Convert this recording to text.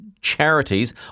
charities